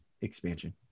expansion